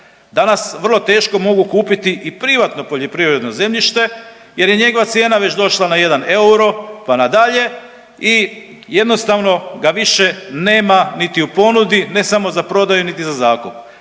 danas vrlo teško mogu kupiti i privatno poljoprivredno zemljište jer je njegova cijena već došla na 1 euro pa na dalje i jednostavno ga više nema niti u ponudi ne samo za prodaju, niti za zakup.